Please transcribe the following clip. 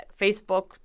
Facebook